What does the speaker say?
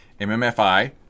MMFI